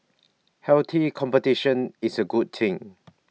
healthy competition is A good thing